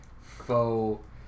faux